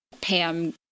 Pam